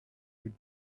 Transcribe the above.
could